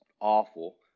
awful